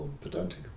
pedantic